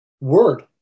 word